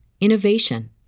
innovation